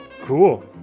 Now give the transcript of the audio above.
cool